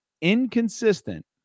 inconsistent